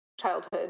childhood